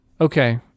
okay